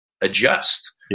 adjust